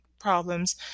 problems